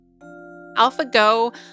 AlphaGo